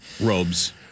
robes